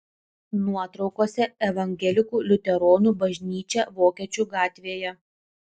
nuotraukose evangelikų liuteronų bažnyčia vokiečių gatvėje